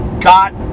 got